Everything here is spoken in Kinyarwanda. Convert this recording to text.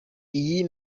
iyi